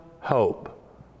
hope